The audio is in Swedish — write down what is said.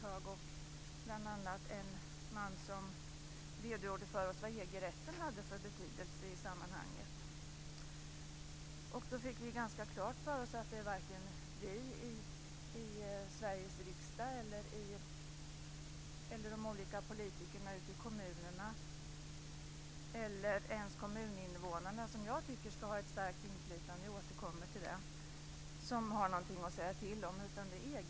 Där var bl.a. en man som redogjorde för oss vad EG rätten hade för betydelse i sammanhanget. Då fick vi klart för oss att det är varken vi i Sveriges riksdag, politikerna i kommunerna eller ens kommuninvånarna, som jag tycker ska ha ett starkt inflytande, som har någonting att säga till om. Jag återkommer till det.